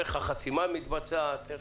איך החסימה מתבצעת?